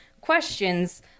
questions